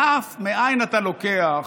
מאין אתה לוקח